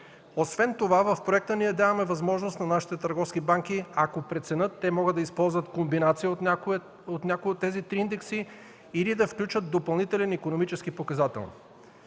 Освен това, в проекта ние даваме възможност на нашите търговски банки, ако преценят, да използват комбинация от някои от тези три индекса или да включат допълнителен икономически показател.